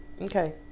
Okay